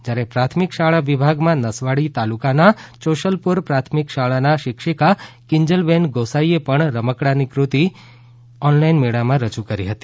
જ્યારે પ્રાથમિક શાળા વિભાગમાં નસવાડી તાલુકાના ચોશલપુર પ્રાથમિક શાળાના શિક્ષિકા કિંજલબેન ગોસાઈ એ પણ રમકડાંની ફતિ રજુ ઓનલાઈન મેળામાં રજૂ કરી હતી